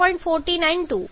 14 N2 0